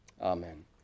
Amen